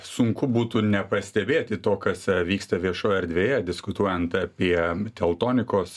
sunku būtų nepastebėti to kas vyksta viešoje erdvėje diskutuojant apie teltonikos